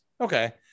okay